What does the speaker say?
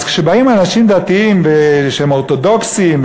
אז כשבאים אנשים דתיים שהם אורתודוקסים,